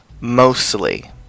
mostly